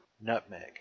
Nutmeg